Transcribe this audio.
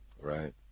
right